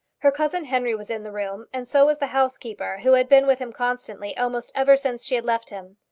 her cousin henry was in the room, and so was the housekeeper who had been with him constantly almost ever since she had left him.